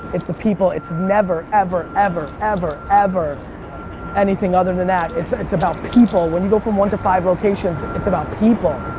it's the people. it's never, ever, ever, ever, ever anything other than that. it's it's about people. when you go from one to five locations, it's about people.